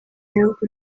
bihugu